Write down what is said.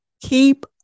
Keep